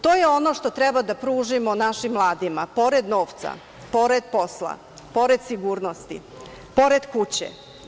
To je ono što treba da pružimo našim mladima pored novca, pored posla, pored sigurnosti, pored kuće.